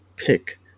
pick